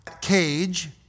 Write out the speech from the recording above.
cage